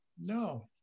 No